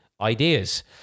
ideas